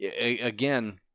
again